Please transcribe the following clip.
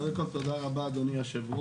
קודם כול, תודה רבה, אדוני היושב-ראש.